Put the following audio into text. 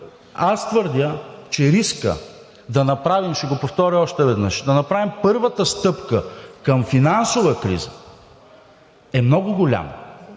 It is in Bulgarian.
аз твърдя, че рискът да направим, ще го повторя още веднъж, да направим първата стъпка към финансова криза, е много голям,